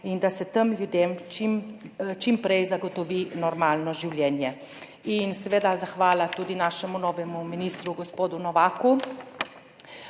da se tem ljudem čim prej zagotovi normalno življenje. Seveda zahvala tudi našemu novemu ministru, gospodu Novaku,